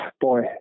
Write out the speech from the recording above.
boy